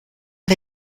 wir